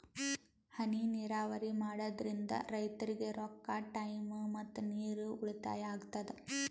ಹನಿ ನೀರಾವರಿ ಮಾಡಾದ್ರಿಂದ್ ರೈತರಿಗ್ ರೊಕ್ಕಾ ಟೈಮ್ ಮತ್ತ ನೀರ್ ಉಳ್ತಾಯಾ ಆಗ್ತದಾ